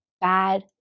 bad